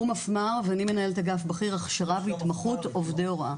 הוא מפמ"ר ואני מנהלת אגף בכיר הכשרה והתמחות עובדי הוראה.